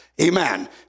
Amen